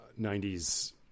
90s